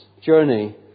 journey